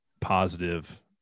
positive